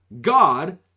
God